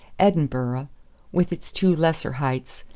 edinburgh with its two lesser heights,